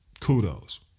kudos